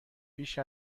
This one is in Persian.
بیش